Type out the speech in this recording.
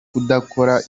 kudakora